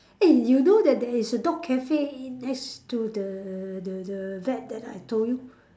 eh you know that there is a dog cafe next to the the the vet that I told you